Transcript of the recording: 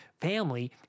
family